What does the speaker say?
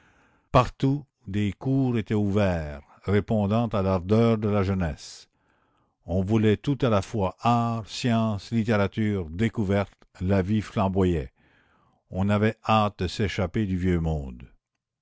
partout des cours étaient ouverts répondant à l'ardeur de la jeunesse on voulait tout à la fois arts sciences littérature découvertes la vie flamboyait on avait hâte de s'échapper du vieux monde